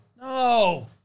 No